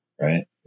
right